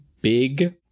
big